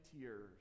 tears